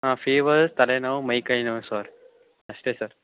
ಹಾಂ ಫೀವರ್ ತಲೆನೋವು ಮೈಕೈ ನೋವು ಸರ್ ಅಷ್ಟೇ ಸರ್